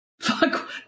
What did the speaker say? fuck